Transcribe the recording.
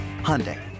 Hyundai